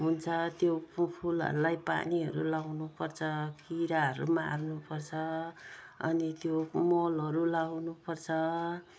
हुन्छ त्यो फु फुलहरूलाई पानीहरू लाउनुपर्छ किराहरू मार्नुपर्छ अनि त्यो मलहरू लाउनुपर्छ